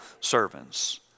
servants